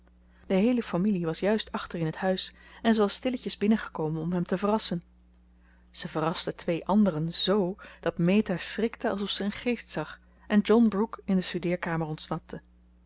de heele familie was juist achter in het huis en ze was stilletjes binnengekomen om hem te verrassen ze verraste twee anderen z dat meta schrikte alsof ze een geest zag en john brooke in de studeerkamer ontsnapte